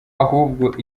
ahubwo